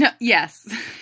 Yes